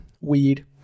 Weed